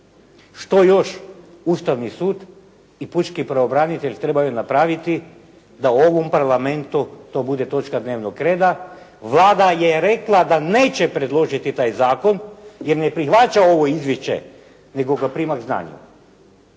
Što još Ustavni sud i pučki pravobranitelj trebaju napraviti da u ovom Parlamentu to bude točka dnevnog reda? Vlada je rekla da neće predložiti taj zakon jer ne prihvaća ovo izvješće nego ga prima k znanju.